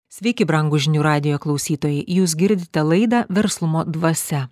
sveiki brangūs žinių radijo klausytojai jūs girdite laidą verslumo dvasia